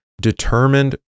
determined